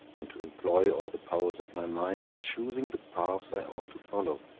and to employ all the powers of my mind in choosing the paths i ought to follow,